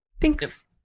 thanks